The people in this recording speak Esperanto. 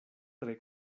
tre